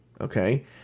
okay